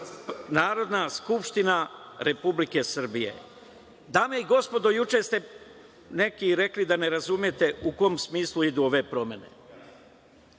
Narodna skupština Republike Srbije. Dame i gospodo, juče ste neki i rekli da ne razumete u kom smislu idu ove promene.